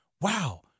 Wow